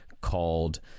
called